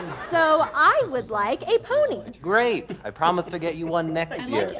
so i would like a pony. great. i promise to get you one next year.